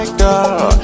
girl